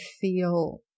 feel